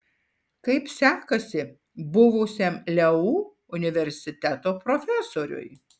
kaip sekasi buvusiam leu universiteto profesoriui